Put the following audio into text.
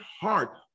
heart